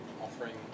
offering